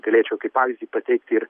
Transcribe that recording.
galėčiau kaip pavyzdį pateikti ir